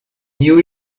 knew